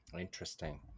Interesting